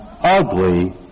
ugly